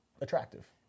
attractive